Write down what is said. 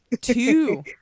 two